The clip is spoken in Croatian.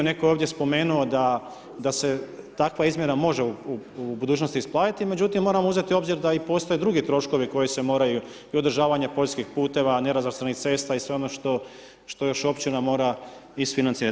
Netko je ovdje spomenuo da se takva izmjera može u budućnosti isplatiti međutim moramo uzeti u obzir da postoje i drugi troškovi koji se moraju, i održavanje poljskih puteva, nerazvrstanih cesta i sve ono što još općina mora isfinancirati.